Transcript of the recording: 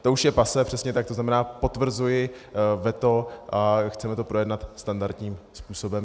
To už je passé, přesně tak, to znamená, potvrzuji veto a chceme to projednat standardním způsobem.